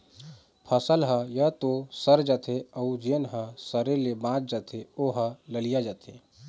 फसल ह य तो सर जाथे अउ जेन ह सरे ले बाच जाथे ओ ह ललिया जाथे